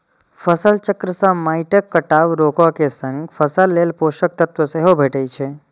फसल चक्र सं माटिक कटाव रोके के संग फसल लेल पोषक तत्व सेहो भेटै छै